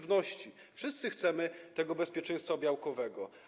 Wszyscy chcemy bezpieczeństwa białkowego.